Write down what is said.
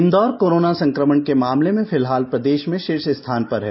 Indore corona संक्रमण के मामले में फिलहाल प्रदेष में षीर्ष स्थान पर हैं